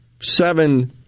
seven